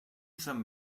some